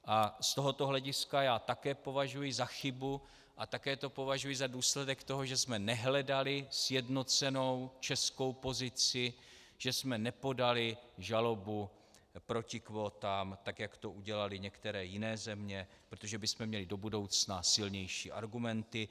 Z tohoto hlediska já také považuji za chybu a také to považuji za důsledek toho, že jsme nehledali sjednocenou českou pozici, že jsme nepodali žalobu proti kvótám, tak jak to udělaly některé jiné země, protože bychom měli do budoucna silnější argumenty.